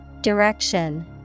Direction